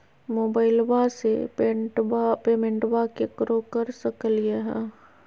मोबाइलबा से पेमेंटबा केकरो कर सकलिए है?